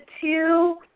two